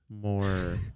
more